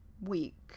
week